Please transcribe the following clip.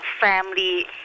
family